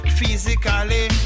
physically